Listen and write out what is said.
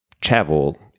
travel